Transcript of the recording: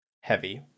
heavy